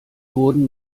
wurden